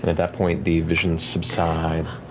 that point, the visions subside.